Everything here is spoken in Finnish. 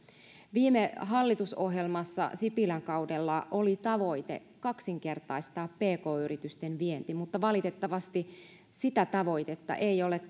viime hallitusohjelmassa sipilän kaudella oli tavoite kaksinkertaistaa pk yritysten vienti mutta valitettavasti sitä tavoitetta ei ole